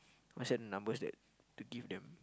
WhatsApp number that to give them